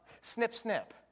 snip-snip